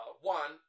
One